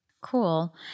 Cool